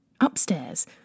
Upstairs